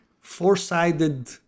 four-sided